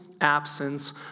absence